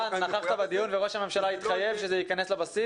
אתה נכחת בדיון וראש הממשלה התחייב שזה ייכנס לבסיס?